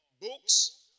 books